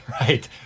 Right